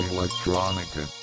Electronica